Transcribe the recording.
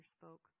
spoke